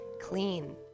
clean